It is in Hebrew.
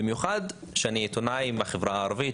במיוחד בשל היותי עיתונאי מהחברה הערבית,